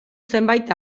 zenbait